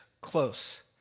close